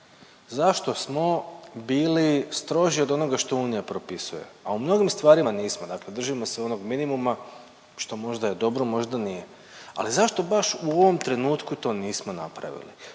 Zašto smo bili stroži od onoga što unija propisuje, a u mnogim stvarima nismo. Dakle, držimo se onog minimuma što možda je dobro, možda nije, ali zašto baš u ovom trenutku to nismo napravili.